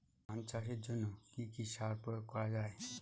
ধান চাষের জন্য কি কি সার প্রয়োগ করা য়ায়?